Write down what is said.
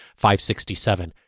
567